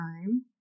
time